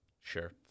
Sure